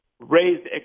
raised